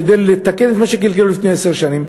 כדי לתקן את מה שקלקלו לפני עשר שנים.